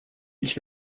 ich